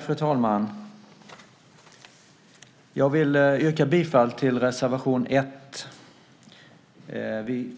Fru talman! Jag vill yrka bifall till reservation 1.